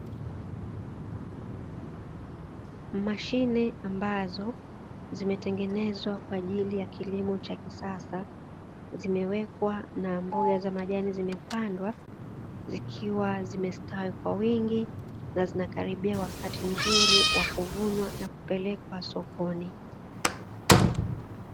Mashine ambazo zimetengenezwa kwa ajili ya kilimo cha kisasa zimewekwa na mboga za majani, zimepandwa zikiwa zimestawi kwa wingi na zinakaribia wakati mzuri wa kuvunwa na kupelekwa sokoni.